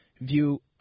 view